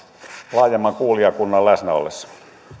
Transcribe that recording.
laajemman kuulijakunnan läsnäollessa